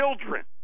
children